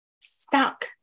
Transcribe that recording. stuck